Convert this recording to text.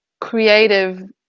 creative